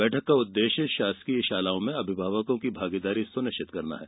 बैठक का उद्देश्य शासकीय शालाओं में अभिभावकों की भागीदारी सुनिश्चित करना है